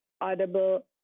audible